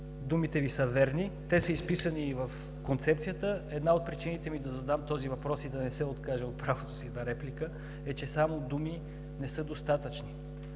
думите Ви са верни, те са изписани и в концепцията. Една от причините да задам този въпрос и да не се откажа от правото си на реплика е, че само думи не са достатъчни.